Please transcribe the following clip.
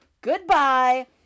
goodbye